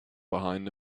behind